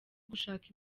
gushaka